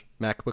macbook